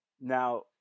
Now